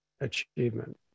achievement